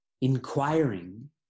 Inquiring